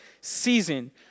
season